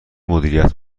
مدیریت